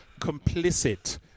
complicit